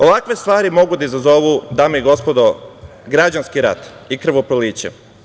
Ovakve stvari mogu da izazovu, dame i gospodo, građanski rat i krvoproliće.